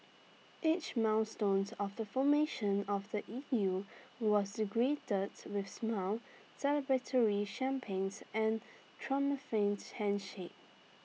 each milestones of the formation of the E U was greeted with smiles celebratory champagnes and triumphant handshakes